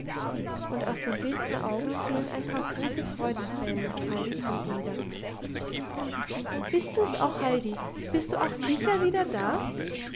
und aus den blinden augen fielen ein paar große freudentränen auf heidis hand nieder bist du's auch heidi bist du auch sicher wieder da